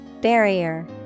Barrier